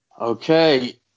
Okay